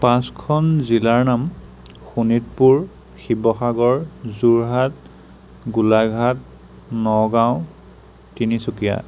পাঁচখন জিলাৰ নাম শোণিতপুৰ শিৱসাগৰ যোৰহাট গোলাঘাট নগাঁও তিনিচুকীয়া